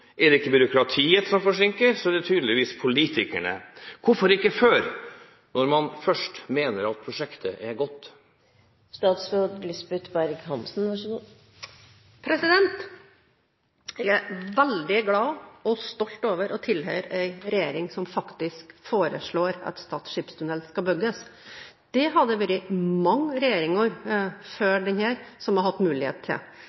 Er det ikke byråkratiet som forsinker, så er det tydeligvis politikerne. Hvorfor ikke før, når man først mener at prosjektet er godt? Jeg er veldig glad og stolt over å tilhøre en regjering som faktisk foreslår at Stad skipstunnel skal bygges. Det har mange regjeringer før denne hatt mulighet til!